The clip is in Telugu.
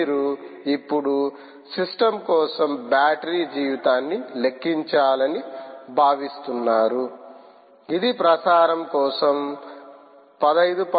మీరు ఇప్పుడు సిస్టమ్ కోసం బ్యాటరీ జీవితాన్ని లెక్కించాలని భావిస్తున్నారు ఇది ప్రసారం కోసం 15